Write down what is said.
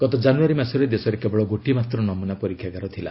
ଗତ ଜାନ୍ଦଆରୀ ମାସରେ ଦେଶରେ କେବଳ ଗୋଟିଏ ମାତ୍ ନମ୍ରନା ପରୀକ୍ଷାଗାର ଥିଲା